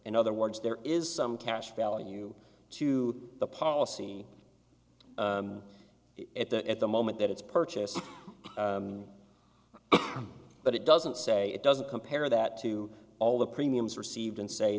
in other words there is some cash value to the policy if that at the moment that it's purchased but it doesn't say it doesn't compare that to all the premiums received and say